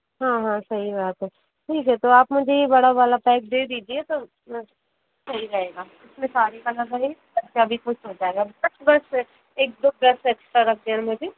हाँ हाँ सही बात है ठीक है तो आप मुझे बड़ा वाला पैक दे दीजिए तो सही रहेगा इसमें सारे कलर हैं सभी कुछ हो जाएगा बस बस एक दो कलर एक्स्ट्रा रखना है अभी